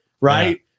right